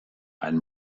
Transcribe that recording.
ein